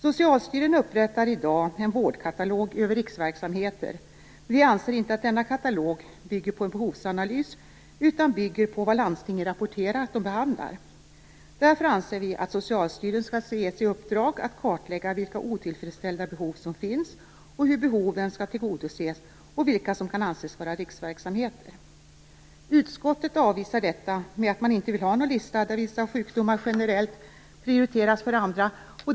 Socialstyrelsen upprättar i dag en vårdkatalog över riksverksamheter, men vi anser inte att denna katalog bygger på en behovsanalys utan på vad landstingen rapporterar att de behandlar. Därför anser vi att Socialstyrelsen skall ges i uppdrag att kartlägga vilka otillfredsställda behov som finns, hur behoven skall tillgodoses och vilka som kan anses som riksverksamheter. Utskottet avvisar detta med att man inte vill ha någon lista där vissa sjukdomar generellt prioriteras före andra.